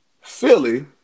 Philly